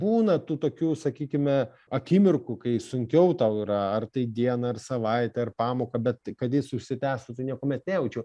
būna tų tokių sakykime akimirkų kai sunkiau tau yra ar tai dieną ar savaitę ar pamoką bet kad jis užsitęstų tai niekuomet nejaučiu